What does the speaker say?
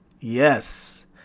Yes